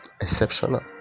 exceptional